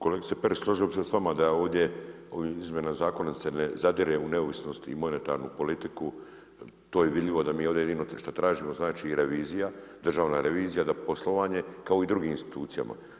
Kolegice Perić, složio bi se s vama da ovdje ovim izmjenama zakona se ne zadire u neovisnost i monetarnu politiku to je vidljivo da mi ovdje jedino što tražimo znači, revizija, državna revizija da poslovanje kao i u drugim institucijama.